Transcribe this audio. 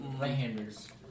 right-handers